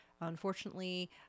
Unfortunately